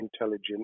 intelligent